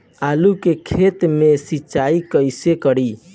आलू के खेत मे सिचाई कइसे करीं?